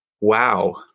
Wow